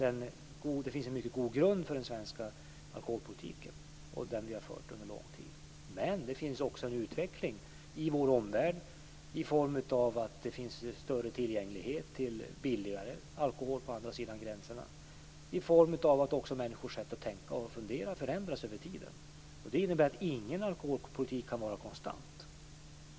Det finns alltså en mycket god grund för den svenska alkoholpolitik som vi har fört under lång tid. Men det finns också en utveckling i vår omvärld på så sätt att det nu finns en större tillgänglighet till billigare alkohol på andra sidan gränserna, och människors sätt att tänka och fundera förändras också över tiden. Ingen alkoholpolitik kan därför vara konstant.